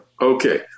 Okay